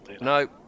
No